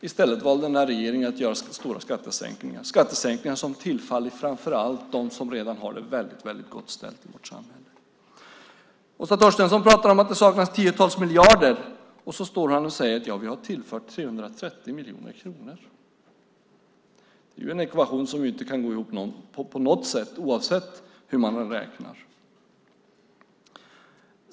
I stället valde den nuvarande regeringen att göra stora skattesänkningar, skattesänkningar som framför allt tillfaller dem som redan har det mycket gott ställt i vårt samhälle. Åsa Torstensson pratar om att det saknas tiotals miljarder och säger sedan att hon vill ha tillfört 330 miljoner kronor. Det är en ekvation som inte på något sätt kan gå ihop, oavsett hur man räknar.